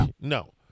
No